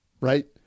right